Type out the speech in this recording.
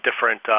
different